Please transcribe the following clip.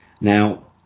Now